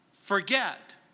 forget